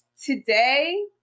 today